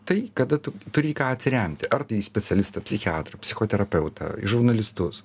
tai kada tu turi į ką atsiremti ar tai į specialistą psichiatrą psichoterapeutą į žurnalistus